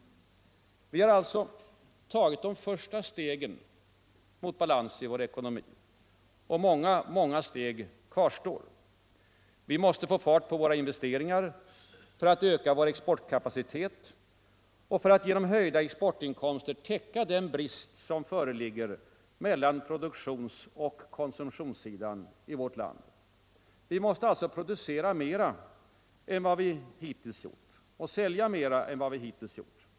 Vi har alltså tagit de första stegen mot balans i vår ekonomi och många steg kvarstår. Vi måste få fart på våra investeringar för att öka vår exportkapacitet och för att genom höjda exportinkomster jämna ut den skillnad som föreligger mellan produktions och konsumtionssidorna i vårt land. Vi måste alltså producera och sälja mer än vi hittills gjort.